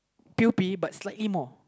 P_O_P but slightly more